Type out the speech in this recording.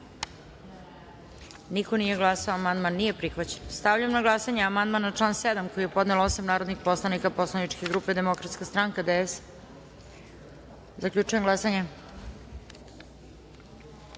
Niko nije glasao. Amandman nije prihvaćen. Stavljam na glasanje amandman na član 7. koji je podnelo osam narodnih poslanika Poslaničke grupe Demokratska stranka - DS.Zaključujem glasanje: